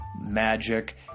magic